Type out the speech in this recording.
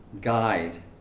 guide